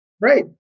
Right